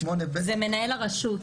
זה מנהל הרשות.